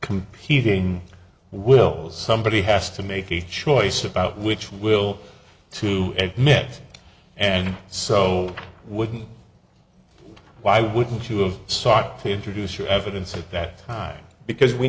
competing will somebody has to make a choice about which will to met and so wouldn't why wouldn't you have sought to introduce your evidence at that time because we